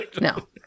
No